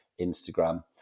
instagram